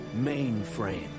Mainframe